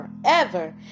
forever